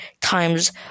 times